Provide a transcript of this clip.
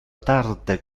tarde